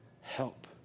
help